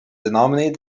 denominated